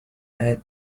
had